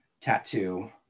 tattoo